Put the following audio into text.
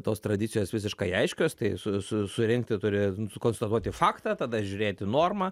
tos tradicijos visiškai aiškios tai su su surinkti turi konstatuoti faktą tada žiūrėti normą